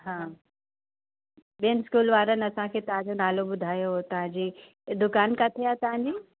हा ॿियनि स्कूल वारनि असांखे तव्हांजो नालो ॿुधायो हो तव्हांजी दुकानु किथे आहे तव्हांजी